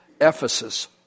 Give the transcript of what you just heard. Ephesus